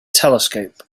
telescope